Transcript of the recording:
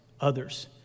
others